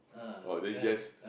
oh then you just